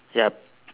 yup